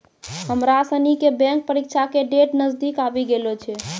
हमरा सनी के बैंक परीक्षा के डेट नजदीक आवी गेलो छै